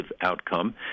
outcome